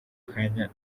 kanya